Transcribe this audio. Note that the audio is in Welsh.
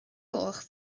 gloch